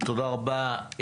תודה רבה.